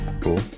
Cool